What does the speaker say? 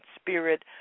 spirit